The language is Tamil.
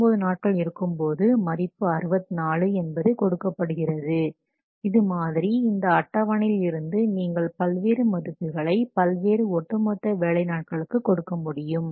49 நாட்கள் இருக்கும்போது மதிப்பு 64 என்பது கொடுக்கப்படுகிறது இது மாதிரி இந்த அட்டவணையில் இருந்து நீங்கள் பல்வேறு மதிப்புகளை பல்வேறு ஒட்டுமொத்த வேலை நாட்களுக்கு கொடுக்க முடியும்